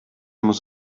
muss